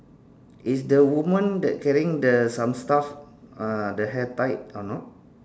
is the woman that carrying the some stuff uh the hair tied or not